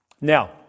Now